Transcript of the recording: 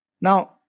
now